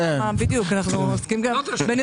בדיוק, אנחנו עוסקים כאן בניחוש.